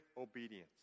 obedience